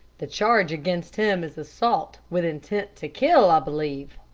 the charge against him is assault with intent to kill, i believe?